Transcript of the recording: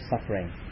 suffering